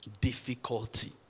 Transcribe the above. difficulty